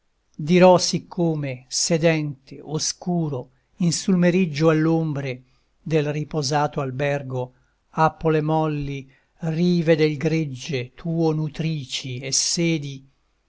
dirò siccome sedente oscuro in sul meriggio all'ombre del riposato albergo appo le molli rive del gregge tuo nutrici e sedi